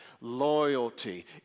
loyalty